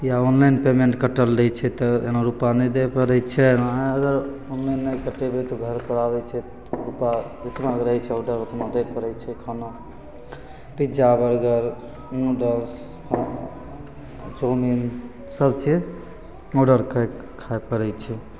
या online payment कटल रहै छै तऽ एना रुपा नहि दै पड़ै छै अहाँ अगर ऑनलाइन नहि कटेबै तऽ घरपर आबै छै तऽ रुपा जतनाके रहै छै ऑडर ओतना दै पड़ै छै खाना पिज्जा बर्गर नूडल्स चाउमिन सबचीज ऑडर करिके खाइ पड़ै छै